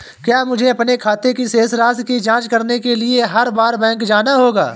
क्या मुझे अपने खाते की शेष राशि की जांच करने के लिए हर बार बैंक जाना होगा?